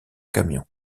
camions